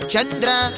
Chandra